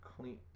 clean